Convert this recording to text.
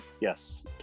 Yes